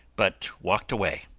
but walked away.